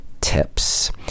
tips